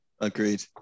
Agreed